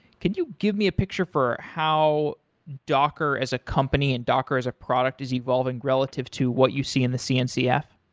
could you give me a picture for how docker as a company and docker as a product is evolving relative to what you see in the cncf?